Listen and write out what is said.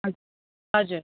ह् हजुर